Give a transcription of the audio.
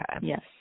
Yes